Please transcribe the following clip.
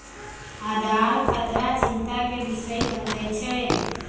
आधार खतरा चिंता के विषय बन जाइ छै